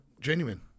genuine